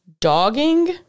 Dogging